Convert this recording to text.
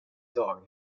dag